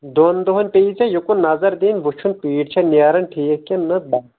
دۅن دۄہن پیٚیِی ژےٚ یوٚکُن نظر دِنۍ وُچھُن پیٖٹ چھا نیران ٹھیٖک کِنہٕ نہٕ بَس